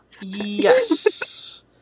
Yes